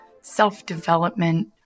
self-development